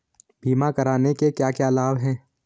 बीमा करने के क्या क्या लाभ हैं?